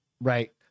right